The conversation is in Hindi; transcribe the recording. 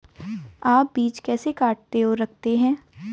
आप बीज कैसे काटते और रखते हैं?